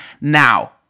Now